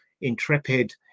intrepid